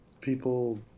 people